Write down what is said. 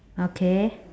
okay